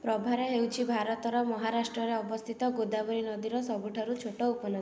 ପ୍ରଭାରା ହେଉଛି ଭାରତର ମହାରାଷ୍ଟ୍ରରେ ଅବସ୍ଥିତ ଗୋଦାବରୀ ନଦୀର ସବୁଠାରୁ ଛୋଟ ଉପନଦୀ